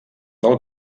del